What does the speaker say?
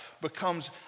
becomes